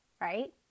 right